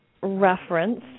reference